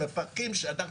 הוא לא רואה שאנחנו